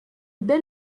bel